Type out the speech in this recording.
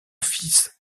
fils